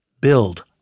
Build